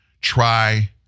try